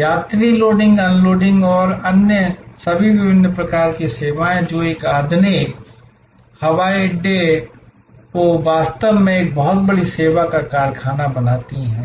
यात्री loading unloading और अन्य सभी विभिन्न प्रकार की सेवाएं जो एक आधुनिक हवाई अड्डे को वास्तव में एक बहुत बड़ी सेवा का कारखाना बनाती हैं